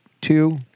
Two